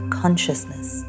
consciousness